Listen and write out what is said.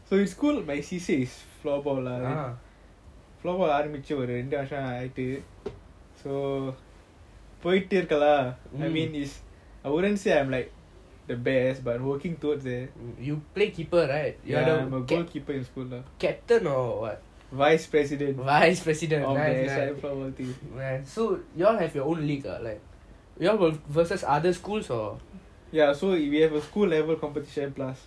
so in school my C_C_A is floorball lah floorball ஆரம்பிச்சி ஒரு ரெண்டு வருஷம் ஆயிட்டு:aarambichi oru rendu varusam aayetu so போயிடு இருக்குல்ல:poitu irukula lah is I wouldn't say I'm like the best but working towards there goalkeeper in school vice president right in the floorball team ya so we have a school level competition plus